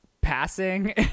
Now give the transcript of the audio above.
passing